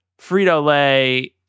Frito-Lay